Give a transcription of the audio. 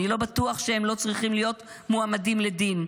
אני לא בטוח שהם לא צריכים להיות מועמדים לדין.